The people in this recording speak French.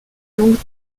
longues